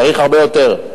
צריך הרבה יותר.